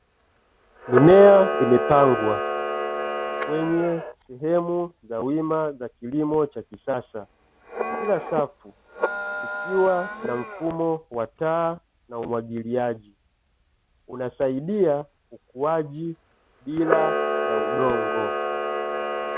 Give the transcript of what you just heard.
Mimea imepangwa kwenye sehemu za wima za kilimo cha kisasa. Kila safu ikiwa na mfumo wa taa na umwagiliaji, unasaidia ukuaji bila ya udongo.